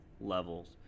levels